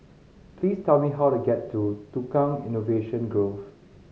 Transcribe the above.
please tell me how to get to Tukang Innovation Grove